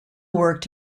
worked